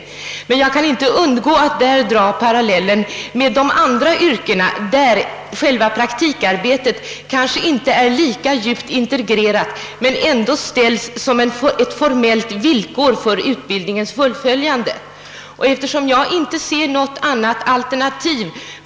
Jag kan emellertid inte undgå att dra en parallell med de andra yrken där själva praktikarbetet kanske inte är lika djupt integrerat men ändå ställs som ett formellt villkor för utbildningen.